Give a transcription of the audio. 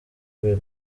kubera